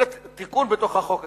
אלא תיקון בתוך החוק הקיים.